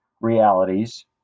realities